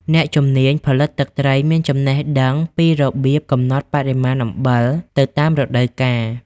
អ្នកជំនាញ ផលិតទឹកត្រីមានចំណេះដឹងពីរបៀបកំណត់បរិមាណអំបិលទៅតាមរដូវកាល។